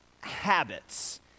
habits